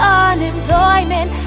unemployment